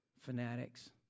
fanatics